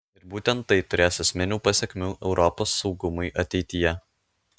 ir būtent tai turės esminių pasekmių europos saugumui ateityje